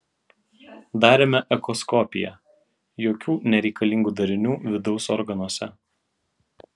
darėme echoskopiją jokių nereikalingų darinių vidaus organuose